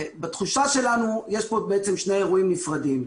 בתחושה שלנו יש פה שני אירועים נפרדים.